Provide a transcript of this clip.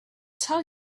tell